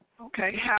Okay